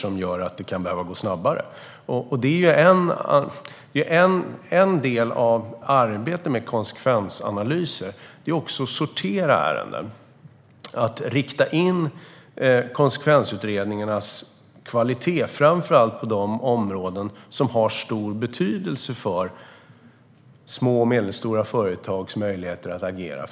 Då kan det behöva gå snabbare. En del av arbetet med konsekvensanalyser är också att sortera ärenden och rikta in konsekvensutredningarnas kvalitet framför allt på de områden som har stor betydelse för små och medelstora företags möjligheter att agera.